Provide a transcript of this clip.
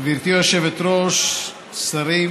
גברתי היושבת-ראש, שרים,